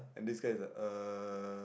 and this guys is like uh